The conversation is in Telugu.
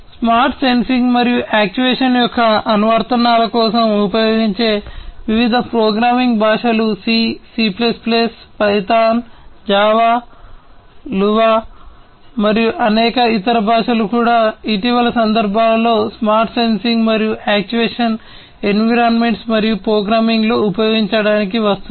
స్మార్ట్ సెన్సింగ్ మరియు యాక్చుయేషన్ యొక్క అనువర్తనాల కోసం ఉపయోగించే వివిధ ప్రోగ్రామింగ్ భాషలు C C plus plus Python Java Lua మరియు అనేక ఇతర భాషలు కూడా ఇటీవలి సంవత్సరాలలో స్మార్ట్ సెన్సింగ్ మరియు యాక్చుయేషన్ ఎన్విరాన్మెంట్స్ మరియు ప్రోగ్రామింగ్లో ఉపయోగించడానికి వస్తున్నాయి